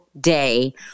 day